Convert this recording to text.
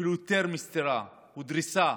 אפילו יותר מסטירה, הוא דריסה.